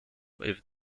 with